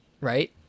right